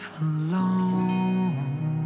alone